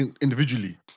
individually